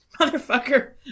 motherfucker